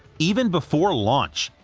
even before launch,